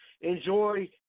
enjoy